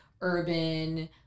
urban